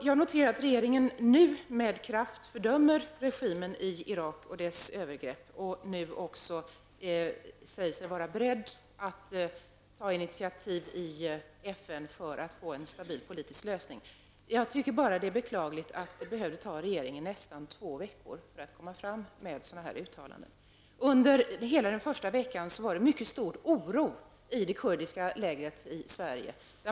Jag noterar att regeringen nu med kraft fördömer regimen i Irak och övergreppen där. Regeringen säger sig nu vara beredd att ta initiativ i FN för att få en stabil politisk lösning. Jag tycker bara att det är beklagligt att det skall behöva ta regeringen nästan två veckor att komma med sådana uttalanden. Under hela den första veckan var det mycket stor oro i det kurdiska lägret i Sverige.